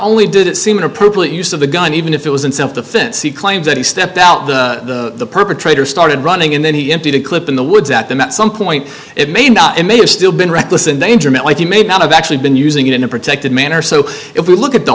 only did it seem an appropriate use of the gun even if it was in self defense he claims that he stepped out the perpetrator started running and then he emptied a clip in the woods at the met some point it may not it may have still been reckless endangerment he may be out of actually been using it in a protected manner so if we look at the